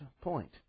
point